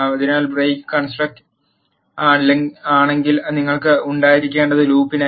അതിനാൽ break construct ആണെങ്കിൽ നിങ്ങൾക്ക് ഉണ്ടായിരിക്കേണ്ടത് ലൂപ്പിനായി